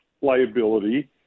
liability